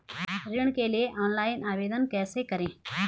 ऋण के लिए ऑनलाइन आवेदन कैसे करें?